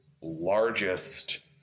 largest